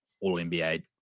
all-NBA